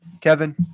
Kevin